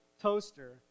toaster